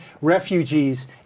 refugees